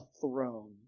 throne